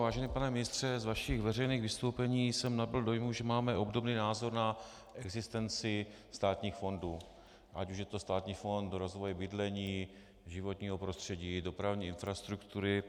Vážený pane ministře, z vašich veřejných vystoupení jsem nabyl dojmu, že máme obdobný názor na existenci státních fondů, ať už je to státní fond rozvoje bydlení, životního prostředí, dopravní infrastruktury.